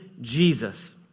Jesus